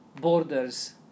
borders